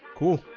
cool.